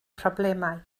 problemau